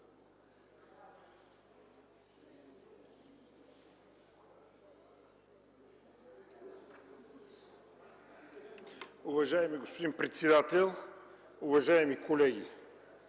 Уважаеми господин председател, уважаеми колеги!